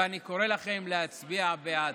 ואני קורא לכם להצביע בעד.